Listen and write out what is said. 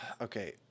Okay